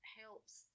helps